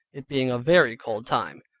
it being a very cold time.